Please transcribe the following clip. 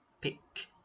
Pick